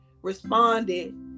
responded